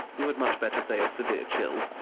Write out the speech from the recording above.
you had much better say a severe chill.